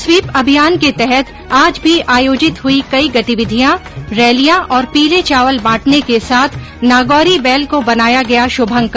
SVEEP अभियान के तहत आज भी आयोजित हुई कई गतिविधियां रैलियां और पीले चावल बांटने के साथ नागौरी बेल को बनाया गया शुभंकर